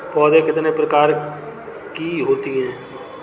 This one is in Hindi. पौध कितने प्रकार की होती हैं?